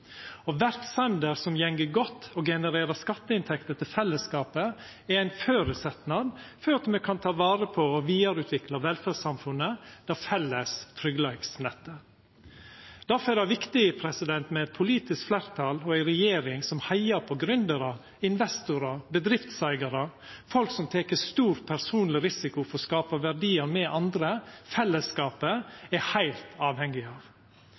og verksemder som går godt og genererer skatteinntekter til fellesskapet, er ein føresetnad for at me kan ta vare på og vidareutvikla velferdssamfunnet, det felles tryggleiksnettet. Difor er det viktig med eit politisk fleirtal og ei regjering som heiar på gründarar, investorar, bedriftseigarar, folk som tek stor personleg risiko for å skapa verdiar me andre, fellesskapet, er heilt avhengige av.